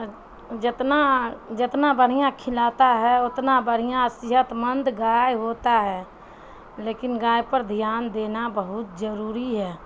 جتنا جتنا بڑھیا کھلاتا ہے اتنا بڑھیا صحت مند گائے ہوتا ہے لیکن گائے پر دھیان دینا بہت ضروری ہے